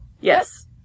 Yes